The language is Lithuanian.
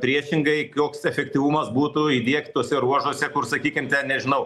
priešingai kioks efektyvumas būtų įdiegt tuose ruožuose kur sakykim nežinau